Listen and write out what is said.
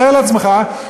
תאר לעצמך,